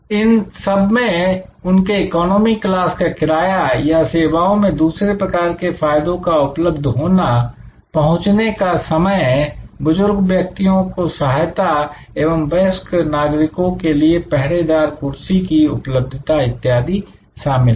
इन सब में उनके इकोनामी क्लास का किराया या सेवाओं में दूसरे प्रकार के फायदों का उपलब्ध होना पहुंचने का समय बुजुर्ग व्यक्तियों को सहायता एवं वयस्क नागरिकों के लिए पहरेदार कुर्सी की उपलब्धता इत्यादि शामिल है